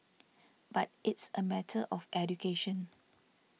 but it's a matter of education